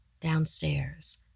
Downstairs